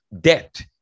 debt